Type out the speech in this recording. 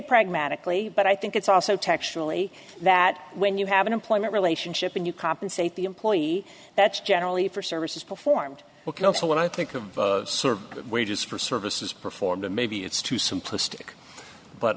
pragmatically but i think it's also textually that when you have an employment relationship and you compensate the employee that's generally for services performed well close to what i think of the wages for services performed and maybe it's too simplistic but